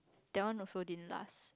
that one also didn't last